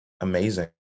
amazing